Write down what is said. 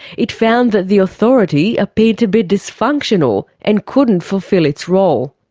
it found that the authority appeared to be dysfunctional, and couldn't fulfil its role.